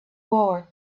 war